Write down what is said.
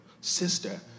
Sister